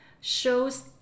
shows